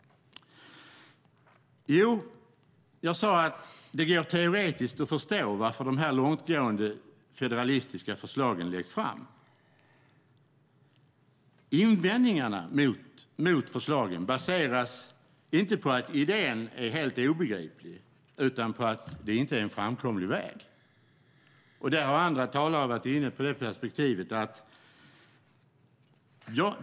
Jag sade att det teoretiskt går att förstå varför de här långtgående federalistiska förslagen läggs fram. Invändningarna mot förslagen baseras inte på att idén är helt obegriplig utan på att det inte är en framkomlig väg. Andra talare har varit inne på det perspektivet.